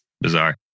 bizarre